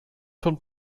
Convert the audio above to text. von